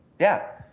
yeah.